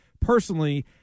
personally